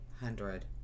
hundred